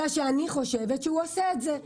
אלא שאני חושבת שהוא עושה את זה.